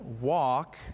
walk